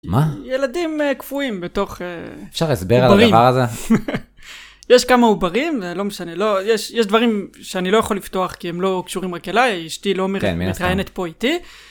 מה? ילדים קפואים בתוך אמ... אפשר להסביר על הדבר הזה? יש כמה עוברים זה לא משנה לא יש יש דברים שאני לא יכול לפתוח כי הם לא קשורים רק אליי אשתי לא מכהנת פה איתי.